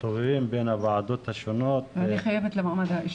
מסתובבים בין הוועדות השונות --- אני חייבת לצאת למעמד האישה.